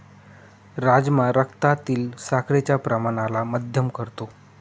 राजमा रक्तातील साखरेच्या प्रमाणाला मध्यम करतो